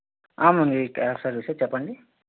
ma'am service ఏ చెప్పండి